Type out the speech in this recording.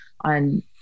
on